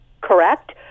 Correct